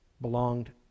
belonged